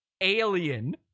Alien